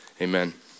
amen